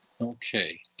Okay